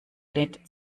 lädt